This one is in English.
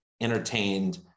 entertained